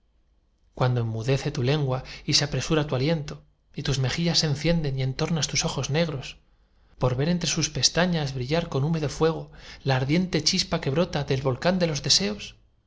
cuando enmudece tu lengua y se apresura tu aliento y tus mejillas se encienden y entornas tus ojos negros por ver entre sus pestañas brillar con húmedo fuego la ardiente chispa que brota del volcán de los deseos